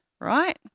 right